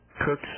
kirk